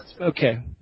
Okay